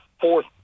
fourth